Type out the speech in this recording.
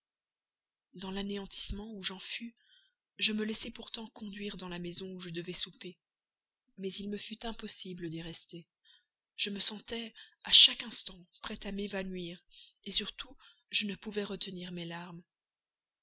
dans l'anéantissement où j'en fus je me laissai pourtant conduire dans la maison où je devais souper mais il me fut impossible d'y rester je me sentais à chaque instant prête à m'évanouir surtout je ne pouvais retenir mes larmes